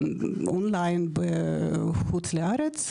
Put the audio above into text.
אולי בחוץ לארץ,